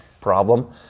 problem